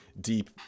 deep